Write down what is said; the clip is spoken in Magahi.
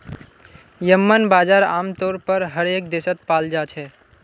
येम्मन बजार आमतौर पर हर एक देशत पाल जा छे